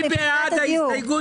מי בעד קבלת ההסתייגות?